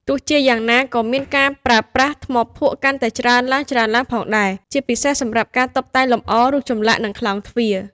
ទោះជាយ៉ាងណា ក៏មានការប្រើប្រាស់ ថ្មភក់ កាន់តែច្រើនឡើងៗផងដែរ ជាពិសេសសម្រាប់ការតុបតែងលម្អ រូបចម្លាក់ និងខ្លោងទ្វារ។